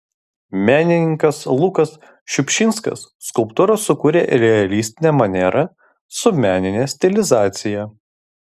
menininkas lukas šiupšinskas skulptūrą sukūrė realistine maniera su menine stilizacija